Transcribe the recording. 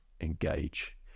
engage